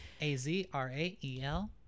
a-z-r-a-e-l